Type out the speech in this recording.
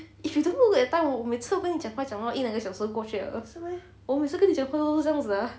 if you don't know that time 我每次跟你讲话讲到一两个小时过去 liao 我每次跟你讲话都是这样子的 ah